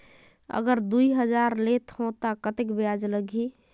अगर दुई हजार लेत हो ता कतेक ब्याज चलही?